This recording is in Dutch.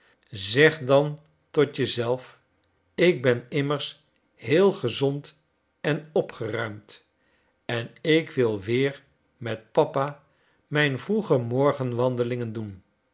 zeg dan tot je zelf ik ben immers heel gezond en opgeruimd en ik wil weer met papa mijn vroege morgenwandelingen doen